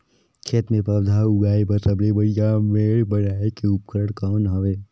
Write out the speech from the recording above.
खेत मे पौधा उगाया बर सबले बढ़िया मेड़ बनाय के उपकरण कौन हवे?